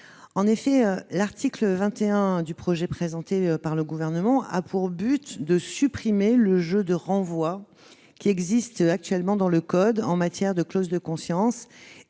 En effet, l'article 21 du projet de loi présenté par le Gouvernement a pour but de supprimer le jeu de renvoi qui existe actuellement dans le code de la santé publique en matière de clause de conscience